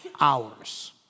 hours